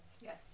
Yes